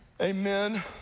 amen